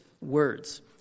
words